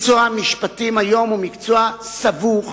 מקצוע המשפטים היום הוא מקצוע סבוך,